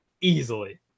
Easily